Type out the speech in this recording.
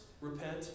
Repent